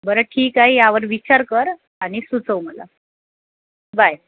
बरं ठीक आहे यावर विचार कर आणि सुचव मला बाय